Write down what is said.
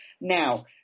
Now